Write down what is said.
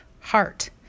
heart